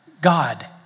God